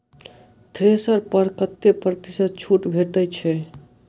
Thresher पर कतै प्रतिशत छूट भेटय छै?